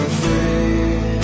free